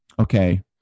okay